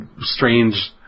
strange